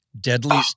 Deadly